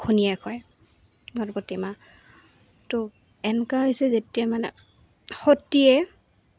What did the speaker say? হয় গণপতি মা তো এনেকুৱা হৈছে যেতিয়া মানে সতীয়ে